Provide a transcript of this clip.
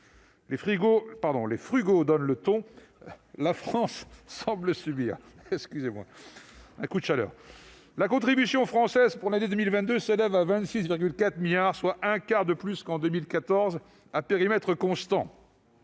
Les frugaux donnent le la, la France semble subir. La contribution française pour l'année 2022 s'élève à 26,4 milliards d'euros, soit un quart de plus qu'en 2014, à périmètre constant.